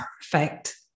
perfect